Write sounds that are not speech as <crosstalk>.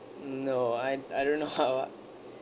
no I I don't know <laughs> how ah